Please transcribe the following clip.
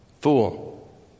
Fool